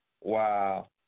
Wow